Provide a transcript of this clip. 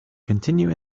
continue